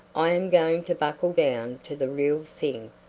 i am going to buckle down to the real thing.